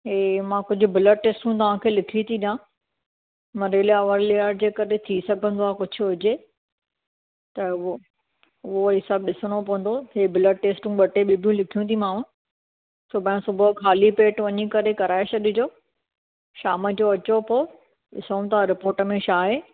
ऐं मां कुझु ब्लड टेस्टूं तव्हां खे लिखी थी ॾियां मलेरिया वलेरिया जे करे थी सघंदो आहे कुझु हुजे त उहो उहो वरी सभु ॾिसणो पवंदो कि ब्लड टेस्ट ॿ टे ॿियूं बि लिखियूंथीमांव सुभाणे सुबुह जो ख़ाली पेट वञी करे कराए छॾिजो शाम जो अचो पोइ ॾिसूं था रिपोर्ट में छा आहे